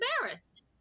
embarrassed